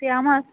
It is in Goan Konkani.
तिळामळ